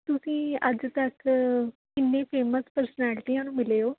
ਤੁਸੀਂ ਅੱਜ ਤੱਕ ਕਿੰਨੇ ਫੇਮਸ ਪ੍ਰਸਨੈਲਟੀਆਂ ਨੂੰ ਮਿਲੇ ਓ